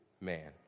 man